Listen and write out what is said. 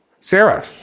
Sarah